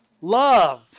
love